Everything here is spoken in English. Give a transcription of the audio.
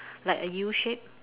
like a U shape